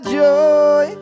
joy